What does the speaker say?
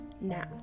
Now